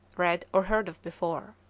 read, or heard of before.